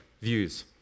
views